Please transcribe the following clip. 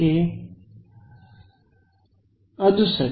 ವಿದ್ಯಾರ್ಥಿ ಅದು ಸರಿ